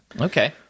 Okay